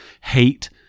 Hate